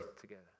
together